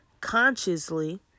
consciously